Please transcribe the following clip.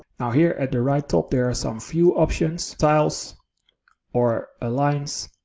now here at the right top there are some few options, styles or alliance,